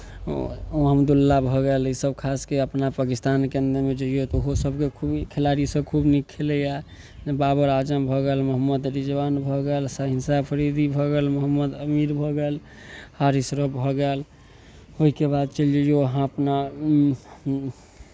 अब्दुल्लाह भऽ गेल ईसभ खास कऽ अपना पाकिस्तानके अन्दरमे जे यए तऽ ओहोसभ खूब खेलाड़ीसभ खूब नीक खेलैए जे बाबर आज़म भऽ गेल मोहम्मद रिजवान भऽ गेल शाहीन शाम अफ़रीदी भऽ गेल मोहम्मद अमीर भऽ गेल हारिस राउफ़ भऽ गेल ओहिके बाद चलि जइयौ अहाँ अपना